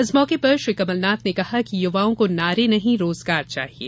इस मौके पर श्री कमलनाथ ने कहा कि युवाओं को नारे नहीं रोजगार चाहिये